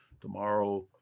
Tomorrow